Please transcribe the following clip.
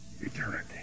eternity